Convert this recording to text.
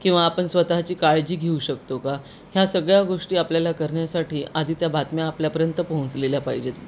किंवा आपण स्वतःची काळजी घेऊ शकतो का ह्या सगळ्या गोष्टी आपल्याला करण्यासाठी आधी त्या बातम्या आपल्यापर्यंत पोहोचलेल्या पाहिजेत